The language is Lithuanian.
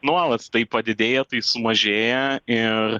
nuolat tai padidėja tai sumažėja ir